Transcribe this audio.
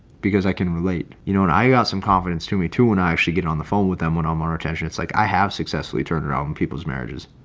because i can relate you know and got ah some confidence to me too, and i actually get on the phone with them when i'm our attention. it's like i have successfully turned around and people's marriages.